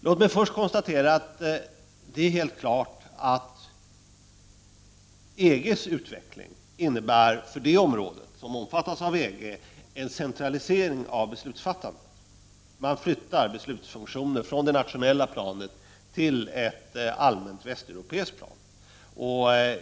Låt mig först konstatera att det är helt klart att EG:s utveckling för de länder som ingår i EG innebär en centralisering av beslutsfattandet. Beslutsfunktioner flyttas från det nationella planet till ett allmänt västeuropeiskt plan.